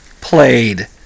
played